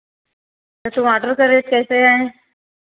टमाटर का रेट कैसे हैं